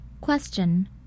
Question